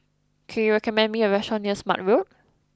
can you recommend me a restaurant near Smart Road